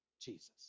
Jesus